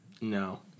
No